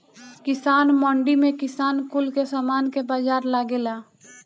किसान मंडी में किसान कुल के समान के बाजार लगेला